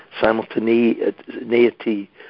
simultaneity